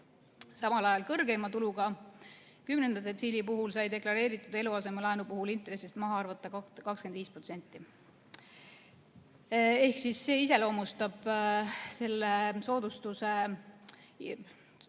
samal ajal kõrgeima tuluga, kümnenda detsiili puhul sai deklareeritud eluasemelaenu puhul intressist maha arvata 25%. See iseloomustab soodustust